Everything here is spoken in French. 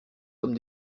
comme